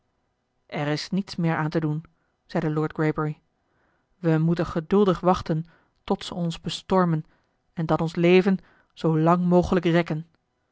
er is niets meer aan te doen zeide lord greybury we moeten geduldig wachten tot ze ons bestormen en dan ons leven zoo lang mogelijk rekken